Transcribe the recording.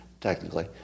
technically